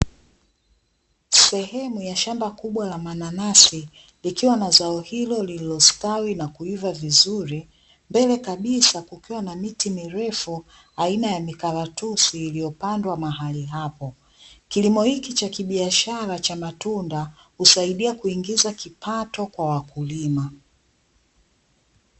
Sehemu ya shamba kubwa la mananasi likiwa na zao hilo lililostawi na kuiva vizuri mbele kabisa kukiwa na miti mirefu aina ya mikaratusi iliyopandwa mahali hapo , kilimo hiki cha kibiashara cha matunda husaidia kuingiza kipato kwa wakulima .